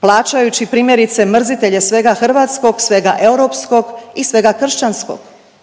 plaćajući primjerice mrzitelje svega hrvatskog, svega europskog i svega kršćanskog.